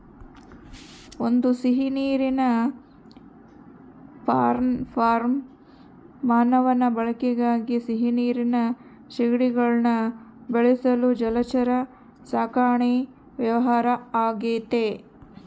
ಒಂದು ಸಿಹಿನೀರಿನ prawn farm ಮಾನವನ ಬಳಕೆಗಾಗಿ ಸಿಹಿನೀರಿನ ಸೀಗಡಿಗುಳ್ನ ಬೆಳೆಸಲು ಜಲಚರ ಸಾಕಣೆ ವ್ಯವಹಾರ ಆಗೆತೆ